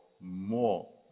more